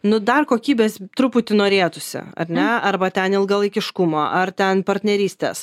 nu dar kokybės truputį norėtųsi ar ne arba ten ilgalaikiškumo ar ten partnerystes